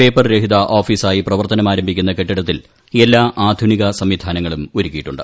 paper രഹിത ഓഫീസായി പ്രവർത്തനമാരംഭിക്കുന്ന കെട്ടിടത്തിൽ എല്ലാ ആധുനിക സംവിധാനങ്ങളും ഒരുക്കിയിട്ടുണ്ട്